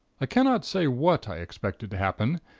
i cannot say what i expected to happen,